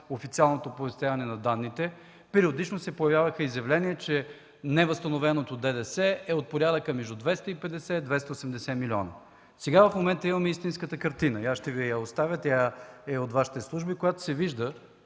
официалното оповестяване на данните, периодично се появяваха изявления, че невъзстановеното ДДС е от порядъка на 250-270 млн. лв. В момента имаме истинската картина, ще Ви я оставя, тя е от Вашите служби (показва